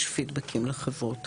יש פידבקים לחברות.